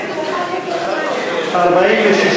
הרכב הוועדה המייעצת),